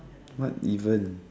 what even